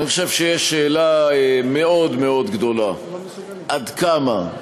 אני חושב שיש שאלה מאוד מאוד גדולה עד כמה,